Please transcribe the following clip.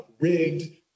rigged